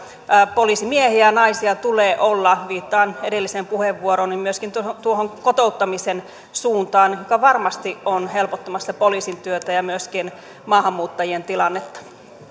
poliisimiehiä ja naisia tulee olla viittaan edelliseen puheenvuorooni ja myöskin tuohon tuohon kotouttamisen suuntaan joka varmasti on helpottamassa poliisin työtä ja myöskin maahanmuuttajien tilannetta